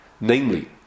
Namely